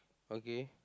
okay